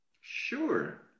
Sure